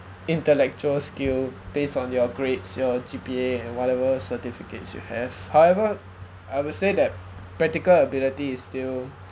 intellectual skill based on your grades your G_P_A and whatever certificates you have however I would say that practical ability is still